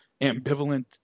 ambivalent